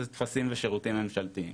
זה טפסים ושירותים ממשלתיים.